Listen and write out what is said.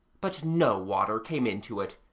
but no water came into it.